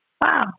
wow